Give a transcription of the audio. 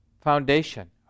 foundation